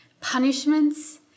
punishments